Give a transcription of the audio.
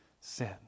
sin